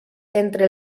entre